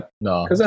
No